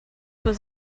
was